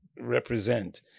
represent